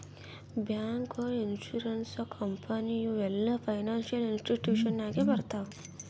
bank, insurance company ಇವು ಎಲ್ಲಾ financial institution ನಾಗೆ ಬರ್ತಾವ್